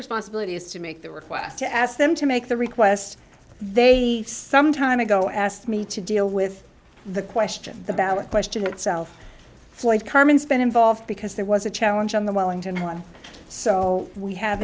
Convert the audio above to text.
responsibilities to make the request to ask them to make the request they some time ago asked me to deal with the question the ballot question itself floyd carmen spent involved because there was a challenge on the wellington one so we have